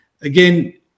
again